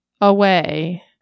away